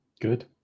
Good